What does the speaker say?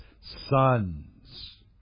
sons